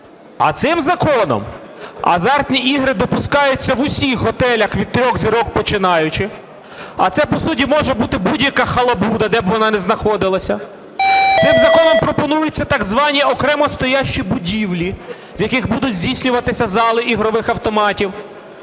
А цим законом азартні ігри допускаються в усіх готелях від трьох зірок починаючи, а це, по суті, може бути будь-яка халабуда, де б вона не знаходилася. Цим законом пропонується так звані окремо стоящие будівлі, в яких будуть здійснюватися зали ігрових автоматів.